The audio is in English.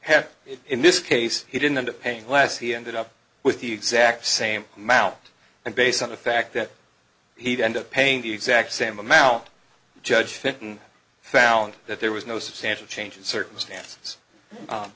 happened in this case he didn't end up paying less he ended up with the exact same amount and based on the fact that he'd end up paying the exact same amount judge fintan found that there was no substantial change in circumstance